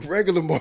Regular